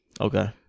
Okay